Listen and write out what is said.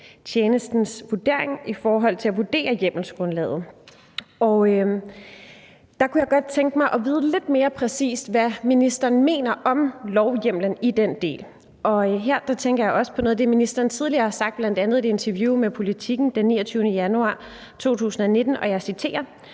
tjenestens vurdering i forhold til at vurdere hjemmelsgrundlaget, og der kunne jeg godt tænke mig at vide lidt mere præcis, hvad ministeren mener om lovhjemmelen i den del, og her tænker jeg også på noget af det, som ministeren tidligere har sagt, bl.a. i et interview med Politiken den 29. januar 2021, og jeg citerer: